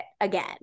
again